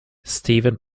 stephen